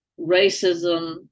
racism